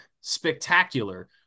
spectacular